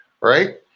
right